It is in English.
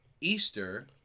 Easter